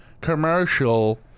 commercial